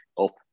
up